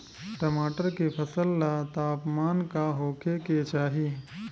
टमाटर के फसल ला तापमान का होखे के चाही?